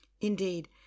Indeed